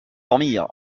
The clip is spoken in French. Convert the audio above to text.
dormir